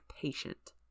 patient